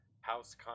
house